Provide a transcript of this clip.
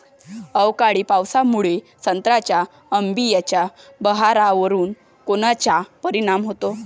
अवकाळी पावसामुळे संत्र्याच्या अंबीया बहारावर कोनचा परिणाम होतो?